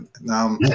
Now